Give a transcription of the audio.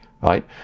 right